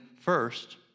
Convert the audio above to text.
first